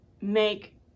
make